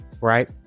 Right